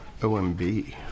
OMB